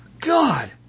God